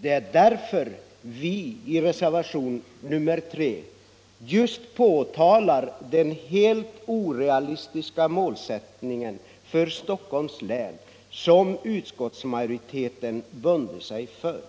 Det är därför vi i reservationen 3 just påtalar den helt orealistiska målsättningen för Stockholms län som utskottsmajoriteten bundit sig för.